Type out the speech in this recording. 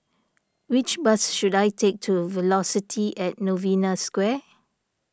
which bus should I take to Velocity at Novena Square